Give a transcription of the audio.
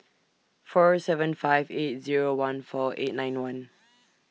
four seven five eight Zero one four eight nine one